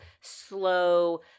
slow